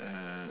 err